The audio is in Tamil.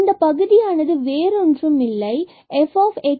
இந்த பகுதியானது வேறொன்றும் இல்லை இதுவே fx x fx